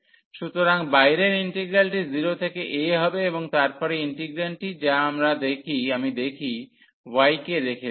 সুতরাং বাইরের ইন্টিগ্রালটি 0 থেকে a হবে এবং তারপরে ইন্টিগ্রান্ডটি যা আমি যদি y কে রেখে দিই